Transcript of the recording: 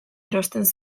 erosten